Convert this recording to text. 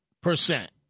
percent